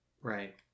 Right